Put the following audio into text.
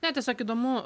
ne tiesiog įdomu